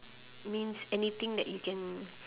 means anything that you can